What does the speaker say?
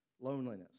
loneliness